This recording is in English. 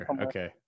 Okay